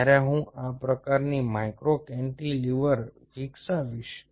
જ્યારે હું આ પ્રકારની માઇક્રો કેન્ટિલીવર વિકસાવીશ